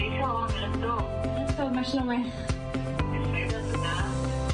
הכנו מסמך לבקשת הוועדה לכבוד היום הזה,